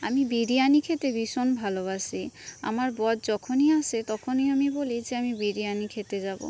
আমি বিরিয়ানি খেতে ভীষণ ভালোবাসি আমার বর যখনই আসে তখনই আমি বলি যে আমি বিরিয়ানি খেতে যাব